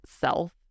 self